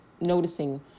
noticing